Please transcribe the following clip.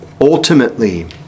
ultimately